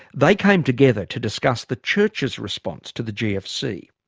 they came together to discuss the church's response to the gfc.